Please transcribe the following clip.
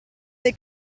dei